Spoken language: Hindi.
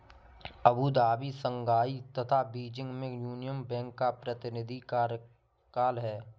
अबू धाबी, शंघाई तथा बीजिंग में यूनियन बैंक का प्रतिनिधि कार्यालय है?